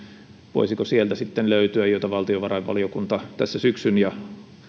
voisiko sieltä sitten mitä valtiovarainvaliokunta tässä syksyn ja